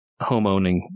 homeowning